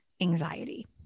anxiety